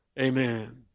Amen